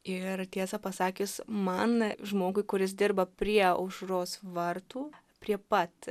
ir tiesą pasakius man žmogui kuris dirba prie aušros vartų prie pat